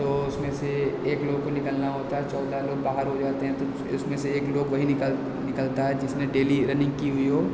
तो उसमें से एक लोग को निकालना होता है चौदह लोग बाहर हो जाते है तो उसमें से एक लोग वही निकल निकलता है जिसने डेली रनिंग की हुई हो